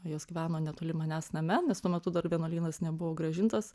jos gyveno netoli manęs name nes tuo metu dar vienuolynas nebuvo grąžintas